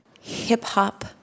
hip-hop